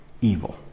evil